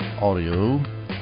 audio